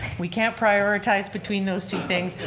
we can't prioritize between those two things.